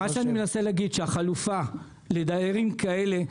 מה שאני מנסה להגיד הוא שהחלופה לדיירים כאלה,